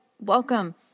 Welcome